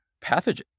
pathogen